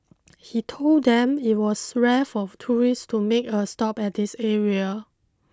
he told them it was rare for tourists to make a stop at this area